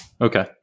Okay